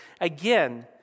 Again